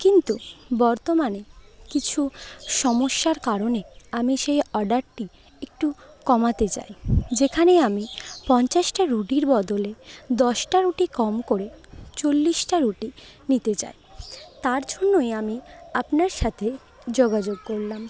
কিন্তু বর্তমানে কিছু সমস্যার কারণে আমি সেই অর্ডা রটি একটু কমাতে চাই যেখানে আমি পঞ্চাশটা রুটির বদলে দশটা রুটি কম করে চল্লিশটা রুটি নিতে চাই তার জন্যই আমি আপনার সাথে যোগাযোগ করলাম